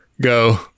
go